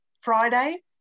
Friday